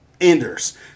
Enders